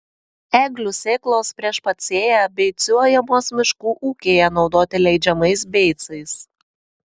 eglių sėklos prieš pat sėją beicuojamos miškų ūkyje naudoti leidžiamais beicais